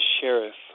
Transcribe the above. sheriff